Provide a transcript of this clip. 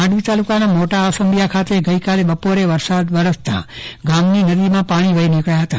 માંડવી તાલુકાના મોટા આસંબિયા ખાતે ગઈકાલે બપોરે વરસાદ વરસતા ગામની નદીમાં પાણી વહી નીકળ્યા હતા